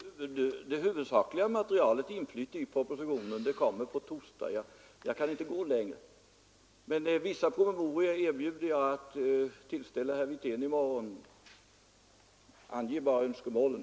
Fru talman! Det huvudsakliga materialet inflyter i propositionen. Den kommer på torsdag. Jag kan inte gå längre, men vissa promemorior erbjuder jag mig att tillställa herr Wirtén i morgon. Ange bara önskemålen!